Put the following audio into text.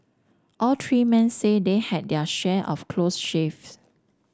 all three men say they had their share of close shaves